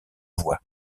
voies